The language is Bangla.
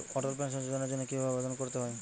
অটল পেনশন যোজনার জন্য কি ভাবে আবেদন করতে হয়?